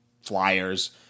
flyers